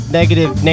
negative